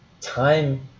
time